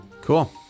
Cool